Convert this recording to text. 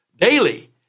daily